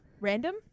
random